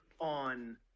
on